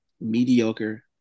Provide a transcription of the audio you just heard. mediocre